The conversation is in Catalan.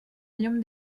llum